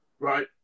right